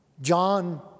John